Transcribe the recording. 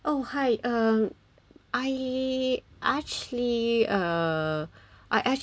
oh hi um I actually uh I act~